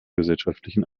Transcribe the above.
gesellschaftlichen